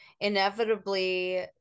inevitably